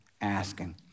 asking